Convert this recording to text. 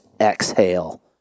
exhale